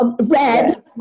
Red